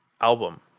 album